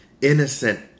innocent